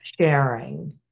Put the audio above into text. sharing